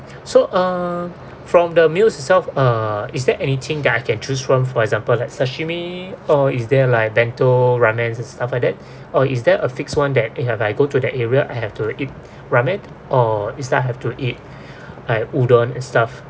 so uh from the meals itself uh is there anything that I can choose from for example like sashimi or is there like bento ramen and stuff like that or is there a fixed one that if I go to that area I have to eat ramen or this time I have to eat like udon and stuff